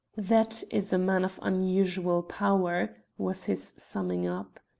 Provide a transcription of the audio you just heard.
that is a man of unusual power, was his summing up.